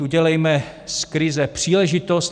Udělejme z krize příležitost.